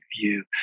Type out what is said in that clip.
view